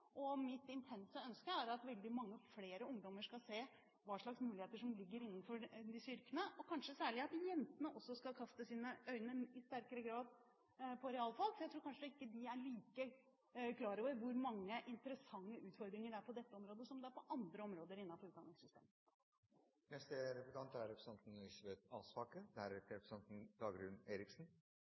områder. Mitt intense ønske er at veldig mange flere ungdommer skal se hva slags muligheter som ligger innenfor disse yrkene – kanskje særlig at jentene i sterkere grad skal kaste sine øyne på realfag, for jeg tror kanskje ikke de er like klar over at det er mange interessante utfordringer på dette området, som det er på andre områder innenfor utdanningssystemet. I sitt hovedinnlegg tidligere i dag slo Audun Lysbakken fast at tiltaket med 600 nye lærerstillinger er